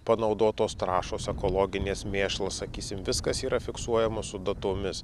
panaudotos trąšos ekologinės mėšlas sakysim viskas yra fiksuojama su datomis